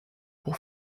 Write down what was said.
pour